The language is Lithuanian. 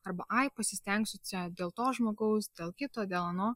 arba ai pasistengsiu čia dėl to žmogaus dėl kito dėl ano